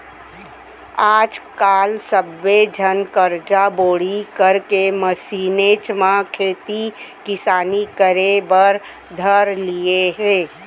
आज काल सब्बे झन करजा बोड़ी करके मसीनेच म खेती किसानी करे बर धर लिये हें